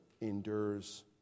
endures